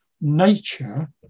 nature